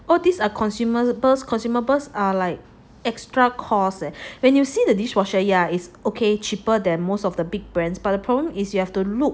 all these are consumables consumables are like exta cost leh and you say the dishwasher yeah okay cheaper than most of the big brands but the problem is that you got to look